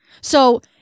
So-